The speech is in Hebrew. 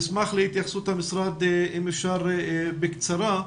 נשמח להתייחסות המשרד, אם אפשר בקצרה,